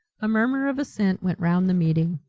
a murmur of assent went round the meeting.